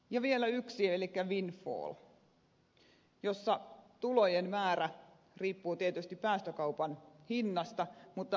ja vielä yksi elikkä windfall jossa tulojen määrä riippuu tietysti päästökaupan hinnasta mutta arviolta